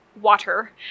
water